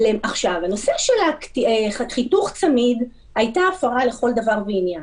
הנושא של חיתוך צמיד הייתה הפרה לכל דבר ועניין,